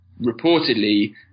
reportedly